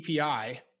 API